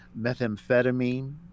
Methamphetamine